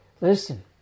listen